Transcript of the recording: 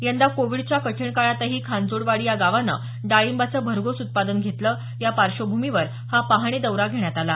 यंदा कोविडच्या कठीण काळातही खांजोडवाडी या गावाने डाळींबाचे भरघोस उत्पादन घेतलं या पार्श्वभूमीवर हा पाहणी दौरा घेण्यात आला